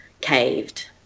caved